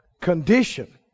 condition